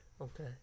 okay